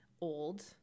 old